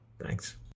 Thanks